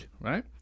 right